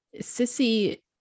sissy